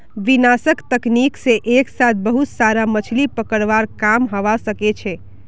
विनाशक तकनीक से एक साथ बहुत सारा मछलि पकड़वार काम हवा सके छे